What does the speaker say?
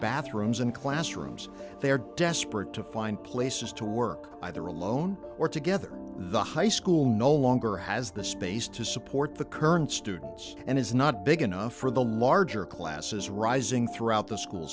bathrooms and classrooms they're desperate to find places to work either alone or together the high school no longer has the space to support the current students and is not big enough for the larger classes rising throughout the school